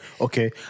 Okay